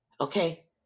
Okay